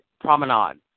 promenade